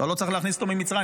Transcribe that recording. כבר לא צריך להכניס אותו ממצרים,